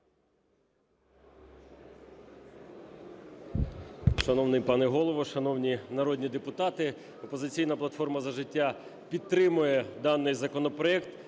Шановний пане Голово, шановні народні депутати, "Опозиційна платформа – За життя" підтримує даний законопроект,